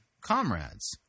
comrades